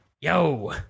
Yo